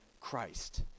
Christ